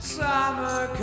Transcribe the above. summer